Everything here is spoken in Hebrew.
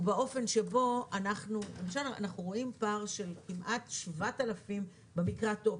הוא באופן שבו אנחנו רואים פער של כמעט 7,000 במקרה הטוב,